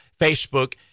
Facebook